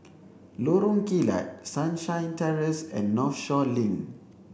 Lorong Kilat Sunshine Terrace and Northshore Link